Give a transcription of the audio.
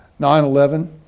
9-11